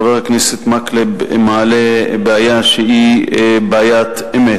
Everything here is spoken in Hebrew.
תודה, חבר הכנסת מקלב מעלה בעיה שהיא בעיית אמת.